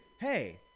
Hey